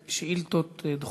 התשובה על השאילתה הזו